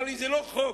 הוא אמר לי: זה לא חוק